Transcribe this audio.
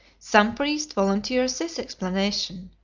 some priest volunteers this explanation.